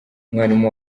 umwarimu